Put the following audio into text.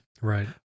Right